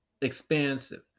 expansive